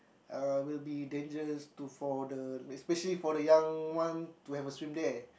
uh will be dangerous to for the especially for the young ones to have a swim there